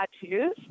tattoos